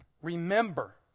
remember